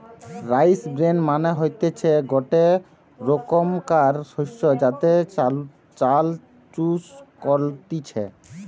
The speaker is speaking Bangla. রাইস ব্রেন মানে হতিছে গটে রোকমকার শস্য যাতে চাল চুষ কলতিছে